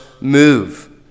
move